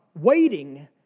waiting